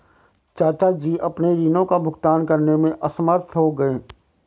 चाचा जी अपने ऋणों का भुगतान करने में असमर्थ हो गए